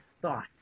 thought